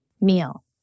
meal